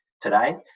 today